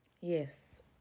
Yes